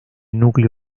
núcleo